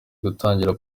gutangira